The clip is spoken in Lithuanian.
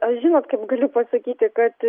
aš žinot kaip galiu pasakyti kad